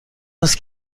است